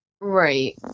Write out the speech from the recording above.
Right